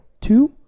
Two